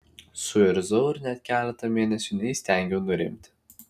suirzau ir net keletą mėnesių neįstengiau nurimti